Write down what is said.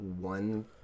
one